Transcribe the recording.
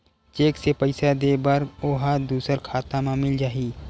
Cheque से पईसा दे बर ओहा दुसर खाता म मिल जाही?